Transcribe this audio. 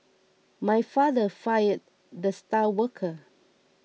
my father fired the star worker